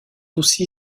aussi